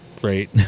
great